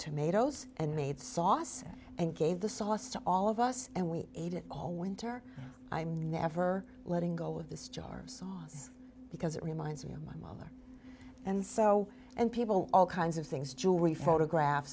tomatoes and made sauce and gave the sauce to all of us and we ate it all winter i'm never letting go of this jar sauce because it reminds me of my mother and so and people all kinds of things jewelry photograph